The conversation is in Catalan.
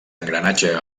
engranatge